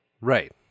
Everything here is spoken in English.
Right